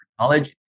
college